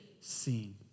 Seen